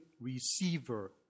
receiver